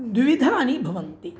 द्विविधानि भवन्ति